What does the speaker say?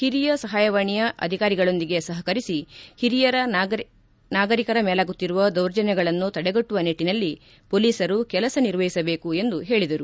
ಹಿರಿಯ ಸಹಾಯವಾಣಿಯ ಅಧಿಕಾರಿಗಳೊಂದಿಗೆ ಸಪಕರಿಸಿ ಹಿರಿಯರ ನಾಗರಿಕರ ಮೇಲಾಗುತ್ತಿರುವ ದೌರ್ಜನ್ಯಗಳನ್ನು ತಡೆಗಟ್ಟುವ ನಿಟ್ಟನಲ್ಲಿ ಪೊಲೀಸರು ಕೆಲಸ ನಿರ್ವಹಿಸಬೇಕು ಎಂದು ಹೇಳಿದರು